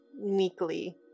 meekly